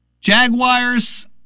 Jaguars